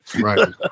Right